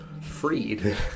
freed